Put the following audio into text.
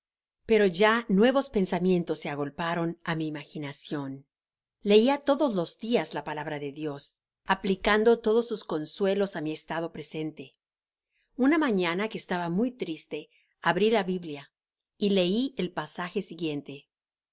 se abandona sin sentirse mejor que antes estaba uno leia todos los dias la palabra de dios aplicando todos sus consuelos á mi estado presente una mañana que estaba muy triste abri la biblia y lei el pasaje siguiente